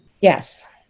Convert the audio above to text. Yes